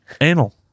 Anal